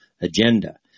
agenda